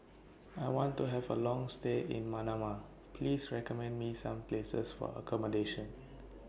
I want to Have A Long stay in Manama Please recommend Me Some Places For accommodation